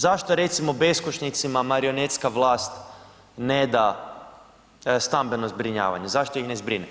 Zašto recimo beskućnicima marionetska vlast ne da stambeno zbrinjavanje, zašto ih ne zbrine?